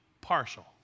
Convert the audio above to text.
partial